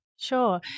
Sure